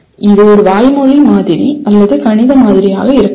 இது ஒரு வாய்மொழி மாதிரி அல்லது கணித மாதிரியாக இருக்கலாம்